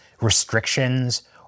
restrictions